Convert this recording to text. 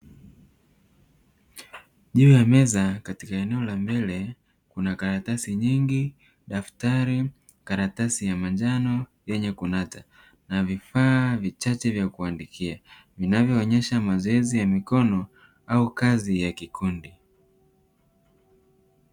Juu ya meza katika eneo la mbele kuna: karatasi nyingi, daftari, karatasi ya manjano yenye kunata na vifaa vichache vya kuandikia; vinavyoonyesha mazoezi ya mikono au kazi ya kikundi.